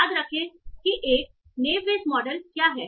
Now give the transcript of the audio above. याद रखें कि एक नेव बेयस मॉडल मॉडल क्या है